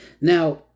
Now